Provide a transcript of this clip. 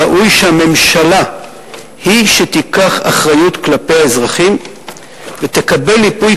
ראוי שהממשלה היא שתיקח אחריות כלפי האזרחים ותקבל ייפוי